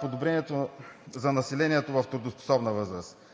подобрението за населението в трудоспособна възраст.